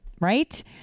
right